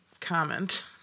comment